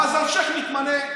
ואז אלשיך מתמנה.